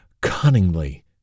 cunningly